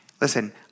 Listen